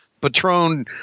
Patron